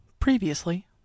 Previously